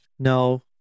No